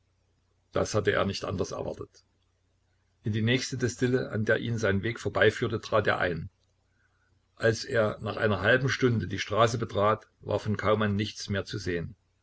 das hatte er nicht anders erwartet in die nächste destille an der ihn sein weg vorüberführte trat er ein als er nach einer halben stunde die straße betrat war von kaumann nichts mehr zu sehen